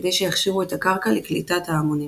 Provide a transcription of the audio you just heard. כדי שיכשירו את הקרקע לקליטת ההמונים.